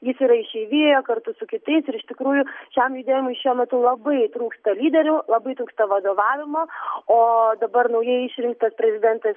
jis yra išeivijoje kartu su kitais ir iš tikrųjų šiam judėjimui šiuo metu labai trūksta lyderių labai trūksta vadovavimo o dabar naujai išrinktas prezidentas